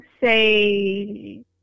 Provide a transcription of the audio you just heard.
say